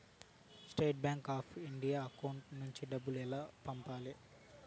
State Bank of India account నుంచి డబ్బులు ఎలా పంపాలి?